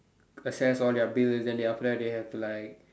assess all their bills and then they after that they have to like